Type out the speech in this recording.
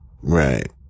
right